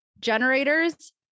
generators